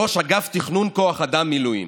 ראש ענף תכנון כוח אדם מילואים.